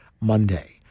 Monday